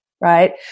right